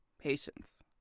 patience